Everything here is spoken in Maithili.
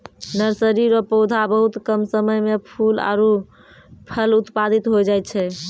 नर्सरी रो पौधा बहुत कम समय मे फूल आरु फल उत्पादित होय जाय छै